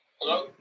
hello